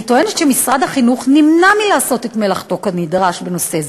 אני טוענת שמשרד החינוך נמנע מלעשות את מלאכתו כנדרש בנושא הזה,